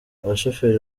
abashoferi